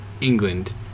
england